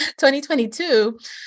2022